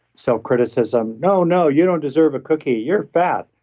self-criticism. no, no, you don't deserve a cookie. you're fat,